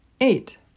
Eight